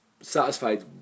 satisfied